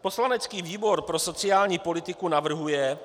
Poslanecký výbor pro sociální politiku navrhuje,